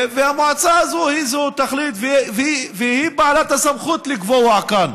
והמועצה הזו היא זאת שתחליט והיא בעלת הסמכות לקבוע כאן.